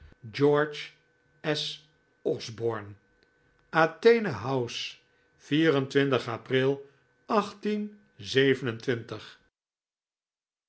george s osborne athene house april